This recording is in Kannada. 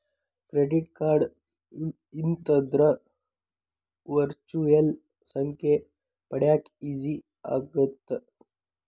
ಕ್ರೆಡಿಟ್ ಕಾರ್ಡ್ ಇತ್ತಂದ್ರ ವರ್ಚುಯಲ್ ಸಂಖ್ಯೆ ಪಡ್ಯಾಕ ಈಜಿ ಆಗತ್ತ?